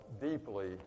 deeply